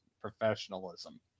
professionalism